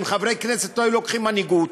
אם חברי כנסת לא היו לוקחים מנהיגות,